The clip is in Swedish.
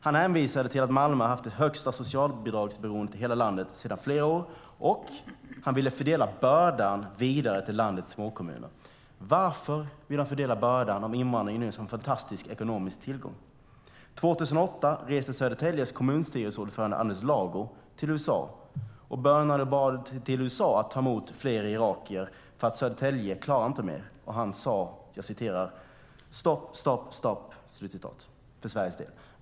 Han hänvisade till att Malmö haft det högsta socialbidragsberoendet i hela landet sedan flera år och ville fördela bördan vidare till landets småkommuner. Varför ville han fördela bördan om invandringen är en sådan fantastisk ekonomisk tillgång? År 2008 reste Södertäljes kommunstyrelseordförande Anders Lago till USA och bönade och bad USA att ta emot fler irakier eftersom Södertälje inte klarade mer. Han sade: Stop, stop, stop.